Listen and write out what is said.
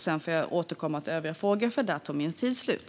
Jag får återkomma till övriga frågor, för där tog min tid slut.